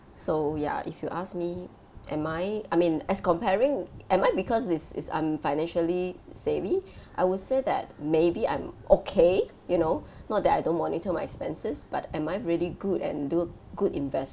so ya if you ask me am I I mean as comparing am I because is is I'm financially-savvy I would say that maybe I'm okay you know not that I don't monitor my expenses but am I really good and do good invest~